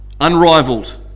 Unrivaled